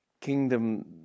kingdom